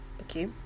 Okay